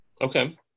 Okay